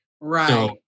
Right